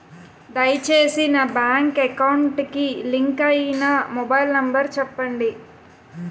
దయచేసి నా bank account కి లింక్ అయినా మొబైల్ నంబర్ చెప్పండి